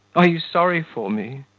are you sorry for me?